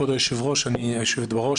כבוד היושבת בראש,